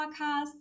Podcasts